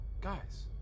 guys